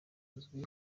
uzwi